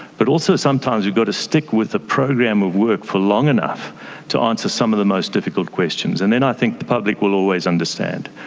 but also sometimes we've got to stick with a program of work for long enough to answer some of the most difficult questions, and then i think the public will always understand.